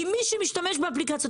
מי משתמש באפליקציות?